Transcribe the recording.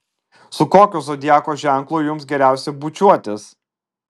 su kokiu zodiako ženklu jums geriausia bučiuotis